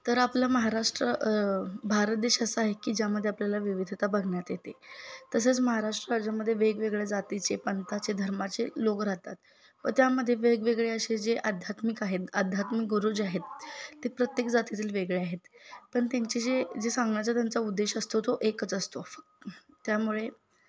तर आपलं महाराष्ट्र भारत देश असं आहे की ज्यामध्ये आपल्याला विविधता बघण्यात येते तसंच महाराष्ट्र राज्यामध्ये वेगवेगळ्या जातीचे पंथाचे धर्माचे लोक राहतात व त्यामध्ये वेगवेगळे असे जे अध्यात्मिक आहेत अध्यात्मिक गुरु जे आहेत ते प्रत्येक जातीतील वेगळे आहेत पण त्यांचे जे जे सांगण्याचा त्यांचा उद्देश असतो तो एकच असतो फ त्यामुळे